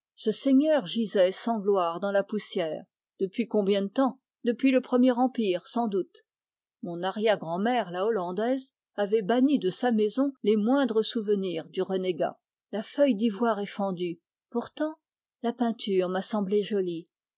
ce seigneur gisait sans gloire dans la poussière depuis combien de temps depuis le premier empire sans doute mon arrière grand mère la hollandaise avait banni de sa maison les moindres souvenirs du renégat la feuille d'ivoire est fendue pourtant la peinture m'a semblé jolie